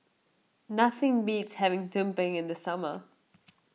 nothing beats having Tumpeng in the summer